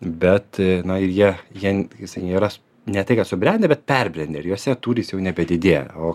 bet na ir jie jie jisai nėra ne tai kad subrendę bet perbrendę ir juose tūris jau nebedidėja o